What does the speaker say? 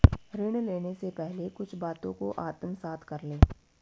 ऋण लेने से पहले कुछ बातों को आत्मसात कर लें